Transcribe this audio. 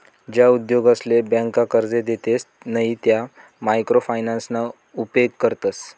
ज्या उद्योगसले ब्यांका कर्जे देतसे नयी त्या मायक्रो फायनान्सना उपेग करतस